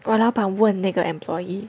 我老板问那个 employee